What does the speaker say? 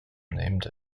named